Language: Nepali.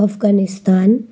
अफगानिस्तान